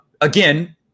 again